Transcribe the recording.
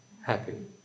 happy